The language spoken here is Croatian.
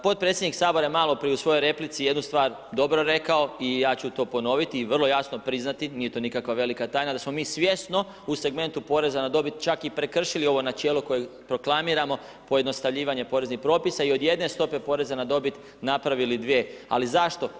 Potpredsjednik Sabora je maloprije u svojoj replici jednu stvar dobro rekao i ja ću to ponoviti i vrlo jasno priznati, nije to nikakva velika tajna da smo mi svjesno u segmentu poreza na dobit čak i prekršili ovo načelo koje proklamiramo, pojednostavljivanje poreznih propisa i od jedne stope poreza na dobit napravili dvije, ali zašto?